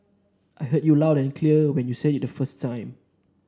I heard you loud and clear when you said it the first time